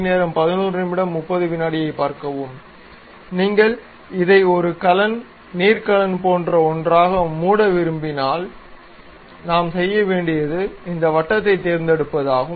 நீங்கள் இதை ஒரு கலன் நீர் கலன் போன்ற ஒன்றாக மூட விரும்பினால் நாம் செய்ய வேண்டியது இந்த வட்டத்தைத் தேர்ந்தெடுப்பதாகும்